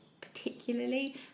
particularly